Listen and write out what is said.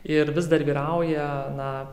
ir vis dar vyrauja na